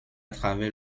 travers